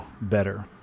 better